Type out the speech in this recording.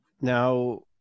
Now